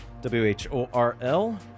w-h-o-r-l